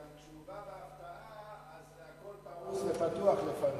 כשהוא בא בהפתעה אז הכול פרוס ופתוח לפניו.